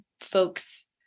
folks